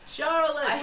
Charlotte